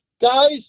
guys